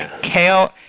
kale